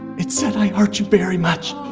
it said, i heart you bear-y much